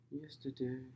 yesterday